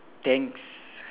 thanks